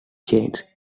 chains